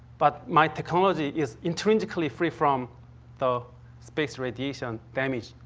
but my technology is intrinsically free from the space radiation damage.